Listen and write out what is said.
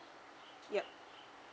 yup